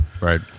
right